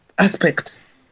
aspects